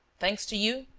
thanks to you,